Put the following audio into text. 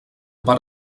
pare